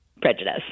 prejudice